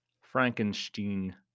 Frankenstein